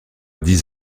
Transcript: dix